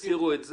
יסירו את זה,